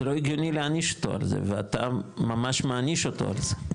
זה לא הגיוני להעניש אותו על זה ואתה ממש מעניש אותו על זה.